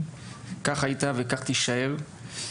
שכך היה וכך יישאר.